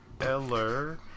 Eller